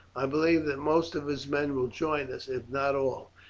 i believe that most of his men will join us, if not all.